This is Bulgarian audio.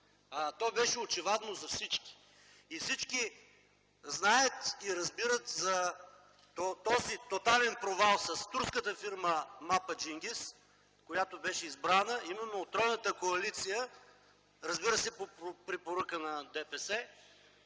то беше очевадно за всички. И всички знаят и разбират за този тотален провал с турската фирма „Мапа-Ченгиз”, която беше избрана именно от тройната коалиция, разбира се, по препоръка на ДПС,